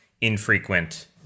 infrequent